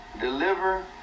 deliver